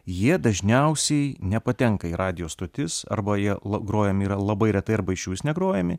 jie dažniausiai nepatenka į radijo stotis arba jie la grojami yra labai retai arba išvis negrojami